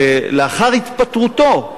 שלאחר התפטרותו,